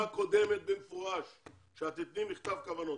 את אמרת בישיבה הקודמת במפורש שאת תיתני מכתב כוונות.